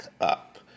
up